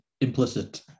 implicit